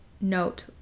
note